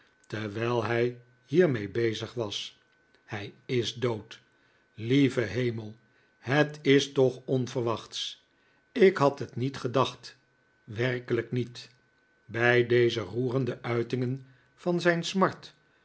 terwijl hij hiermee bezig was hij i s dood lieve hemel het is toch onverwachts ik had het niet gedacht werkelijk niet bij deze roerende uitingen van zijn smart